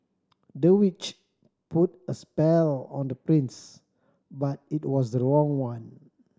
the witch put a spell on the prince but it was the wrong one